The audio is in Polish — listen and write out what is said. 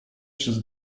przez